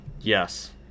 Yes